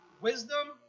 Wisdom